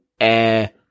air